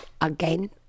again